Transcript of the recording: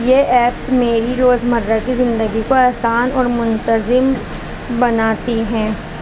یہ ایپس میری روزمرہ کی زندگی کو آسان اور منتظم بناتی ہیں